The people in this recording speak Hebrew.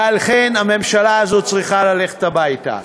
ועל כן הממשלה הזאת צריכה ללכת הביתה.